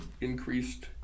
increased